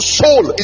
soul